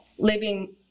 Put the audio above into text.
Living